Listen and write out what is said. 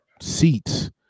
seats